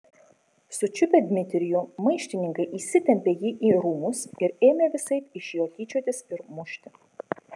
sučiupę dmitrijų maištininkai įsitempė jį į rūmus ir ėmė visaip iš jo tyčiotis ir mušti